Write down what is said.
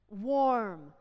warm